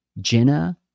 Jenna